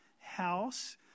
house